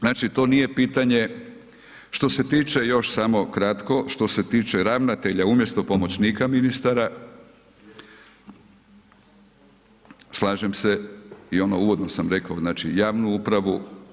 Znači to nije pitanje, što se tiče još samo kratko, što se tiče ravnatelja, umjesto pomoćnika ministara, slažem se i ono uvodno sam rekao, znači javnu upravu.